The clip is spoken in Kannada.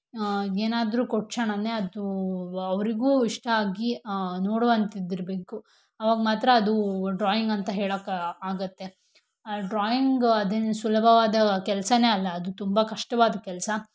ಏನಾದ್ರೂ ಕೊಟ್ಟ ಕ್ಷಣನೆ ಅದು ಅವರಿಗೂ ಇಷ್ಟ ಆಗಿ ನೋಡುವಂಥದ್ದಿರಬೇಕು ಅವಾಗ ಮಾತ್ರ ಅದು ಡ್ರಾಯಿಂಗ್ ಅಂತ ಹೇಳೋಕೆ ಆಗತ್ತೆ ಡ್ರಾಯಿಂಗ ಅದೇನೂ ಸುಲಭವಾದ ಕೆಲಸಾನೇ ಅಲ್ಲ ಅದು ತುಂಬ ಕಷ್ಟವಾದ ಕೆಲಸ